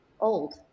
old